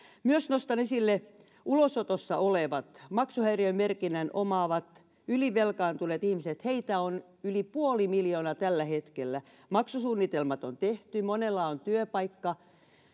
myös esille ulosotossa olevat maksuhäiriömerkinnän omaavat ylivelkaantuneet ihmiset heitä on yli puoli miljoonaa tällä hetkellä maksusuunnitelmat on tehty monella on työpaikka